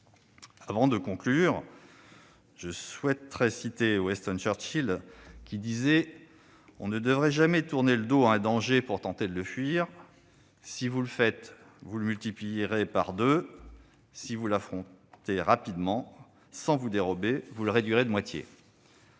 Avant de conclure, permettez-moi de citer Winston Churchill :« On ne devrait jamais tourner le dos à un danger pour tenter de le fuir. Si vous le faites, vous le multiplierez par deux. Mais si vous l'affrontez rapidement et sans vous dérober, vous le réduirez de moitié. »